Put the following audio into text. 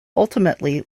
ultimately